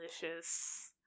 delicious